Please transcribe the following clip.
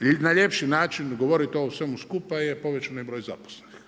i na ljepši način govoriti o ovome svemu skupa je povećani broj zaposlenih.